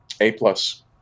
A-plus